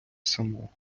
самого